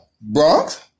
Bronx